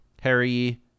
harry